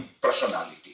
personality